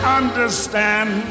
understand